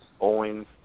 Owens